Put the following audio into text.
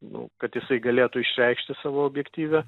nu kad jisai galėtų išreikšti savo objektyvią